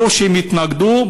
ברור שהם התנגדו,